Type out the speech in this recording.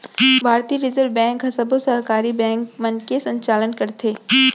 भारतीय reserve bank ह सबो सहकारी बेंक मन के संचालन करथे